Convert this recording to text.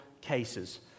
cases